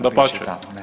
Dapače.